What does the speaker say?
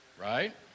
Right